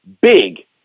Big